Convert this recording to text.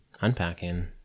unpacking